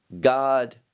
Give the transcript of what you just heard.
God